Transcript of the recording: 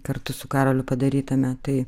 kartu su karoliu padarytame tai